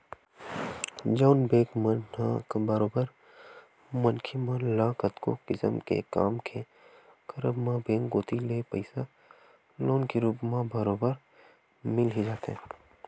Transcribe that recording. जउन बेंक मन ह बरोबर मनखे मन ल कतको किसम के काम के करब म बेंक कोती ले पइसा लोन के रुप म बरोबर मिल ही जाथे